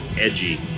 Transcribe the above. edgy